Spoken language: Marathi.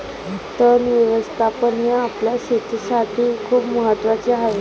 तण व्यवस्थापन हे आपल्या शेतीसाठी खूप महत्वाचे आहे